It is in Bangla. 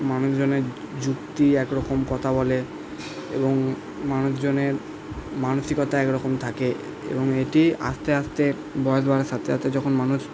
মানুষজনের যুক্তি একরকম কথা বলে এবং মানুষজনের মানসিকতা একরকম থাকে এবং এটি আস্তে আস্তে বয়স বাড়ার সাথে সাথে যখন মানুষ